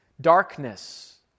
darkness